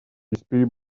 вести